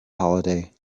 holiday